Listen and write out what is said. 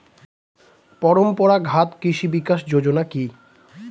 পরম্পরা ঘাত কৃষি বিকাশ যোজনা কি?